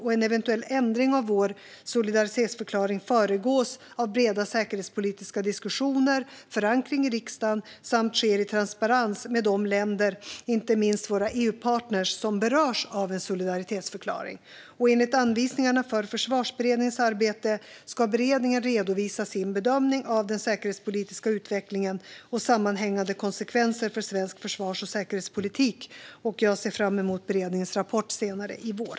En eventuell ändring av vår solidaritetsförklaring föregås av breda säkerhetspolitiska diskussioner och förankring i riksdagen samt sker i transparens med de länder, inte minst våra EU-partner, som berörs av en solidaritetsförklaring. Enligt anvisningarna för Försvarsberedningens arbete ska beredningen redovisa sin bedömning av den säkerhetspolitiska utvecklingen och sammanhängande konsekvenser för svensk försvars och säkerhetspolitik. Jag ser fram emot beredningens rapport senare i vår.